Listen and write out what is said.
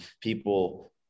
people